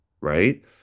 right